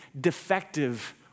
defective